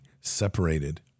separated